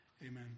amen